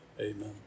Amen